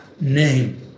name